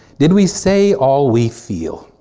did we say all we feel?